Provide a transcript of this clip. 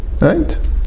right